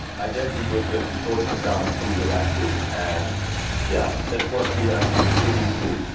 i guess it was just shortened down to elastic. and yeah, that's what we have been sticking to.